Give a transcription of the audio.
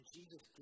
Jesus